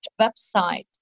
website